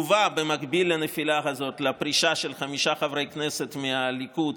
לווה במקביל לנפילה הזאת בפרישה של חמישה חברי כנסת מהליכוד,